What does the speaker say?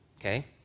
Okay